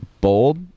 bold